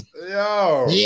Yo